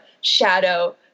shadow